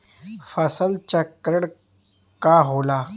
फसल चक्रण का होला?